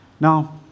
Now